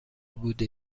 بوده